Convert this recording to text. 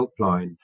helpline